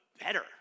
better